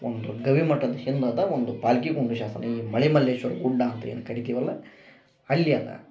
ಒಂದು ಗವಿ ಮಠದ್ ಹಿಂದೆ ಅದ ಒಂದು ಪಾಲ್ಕಿಗುಂಡಿ ಶಾಸನ ಈ ಮಲೆ ಮಲ್ಲೇಶ್ವರ ಗುಡ್ಡ ಅಂತ ಏನು ಕರಿತಿವಲ್ಲ ಅಲ್ಲಿ ಅದ